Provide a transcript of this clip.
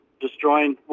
destroying